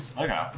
Okay